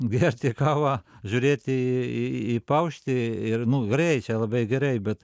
gerti kavą žiūrėti į į pauštį ir nu gerai čia labai gerai bet